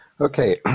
Okay